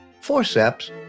Forceps